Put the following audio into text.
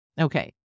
Okay